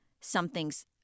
something's